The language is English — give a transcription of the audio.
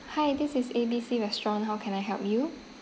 hi this is A B C restaurant how can I help you